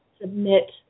submit